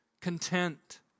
Content